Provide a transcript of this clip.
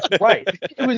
right